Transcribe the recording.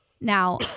Now